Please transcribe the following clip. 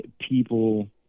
people